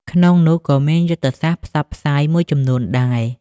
ក្នុងនោះក៏មានយុទ្ធសាស្ត្រផ្សព្វផ្សាយមួយចំនួនដែរ។